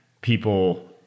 people